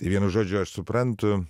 vienu žodžiu aš suprantu